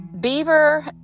Beaver